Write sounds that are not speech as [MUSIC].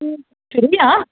[UNINTELLIGIBLE]